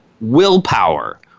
willpower